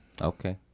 Okay